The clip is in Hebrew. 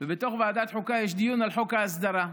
ובתוך ועדת החוקה יש דיון על חוק ההסדרה.